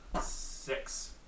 Six